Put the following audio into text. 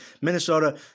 Minnesota